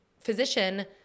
physician